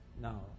Now